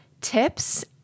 tips